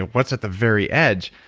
and what's at the very edge.